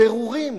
פירורים.